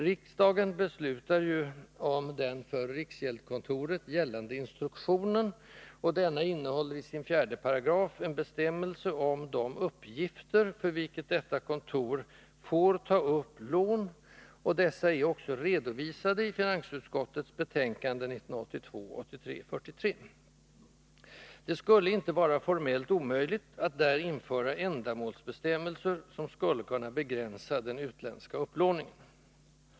Riksdagen beslutar ju om den för riksgäldskontoret gällande instruktionen. Denna innehåller i sin 4§ en bestämmelse om de uppgifter för vilka detta kontor får ta upp lån, och dessa är redovisade i finansutskottets betänkande 1982/83:43. Det skulle inte vara formellt omöjligt att där införa ändamålsbestämmelser som skulle kunna begränsa den utländska upplåningen.